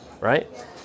right